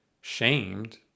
shamed